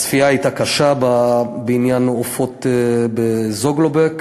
הצפייה בעניין העופות ב"זוגלובק"